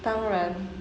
当然